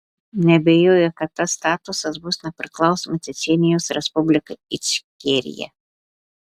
neabejoju kad tas statusas bus nepriklausoma čečėnijos respublika ičkerija